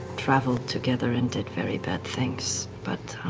traveled together and did very bad things. but